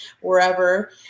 wherever